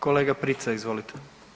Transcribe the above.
Kolega Prica, izvolite.